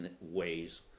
ways